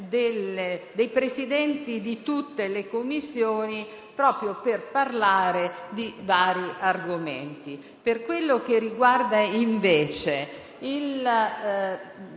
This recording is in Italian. i Presidenti di tutte le Commissioni proprio per parlare di vari argomenti. Per quello che riguarda, invece, il